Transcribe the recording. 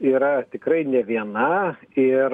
yra tikrai ne viena ir